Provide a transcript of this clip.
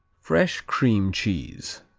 fresh cream cheese.